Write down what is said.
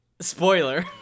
Spoiler